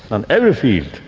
and every field,